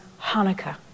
Hanukkah